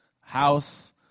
house